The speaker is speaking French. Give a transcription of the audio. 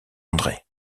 andré